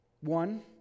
One